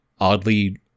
oddly